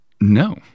No